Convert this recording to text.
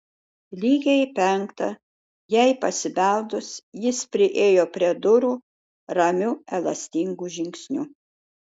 lygiai penktą jai pasibeldus jis priėjo prie durų ramiu elastingu žingsniu